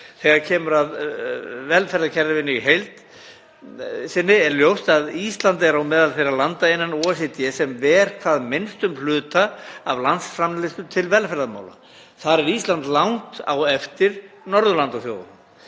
Þegar kemur að velferðarkerfinu í heild sinni er ljóst að Ísland er meðal þeirra landa innan OECD sem ver hvað minnstum hluta af landsframleiðslu til velferðarmála. Þar er Ísland langt á eftir Norðurlandaþjóðunum.